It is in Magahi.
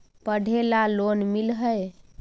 पढ़े ला लोन मिल है?